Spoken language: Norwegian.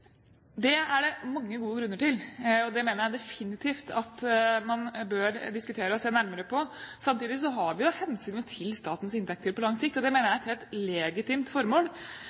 Det er det mange gode grunner til, og det mener jeg definitivt at man bør diskutere og se nærmere på. Samtidig har vi jo hensynet til statens inntekter på lang sikt, og det mener jeg er et helt legitimt formål.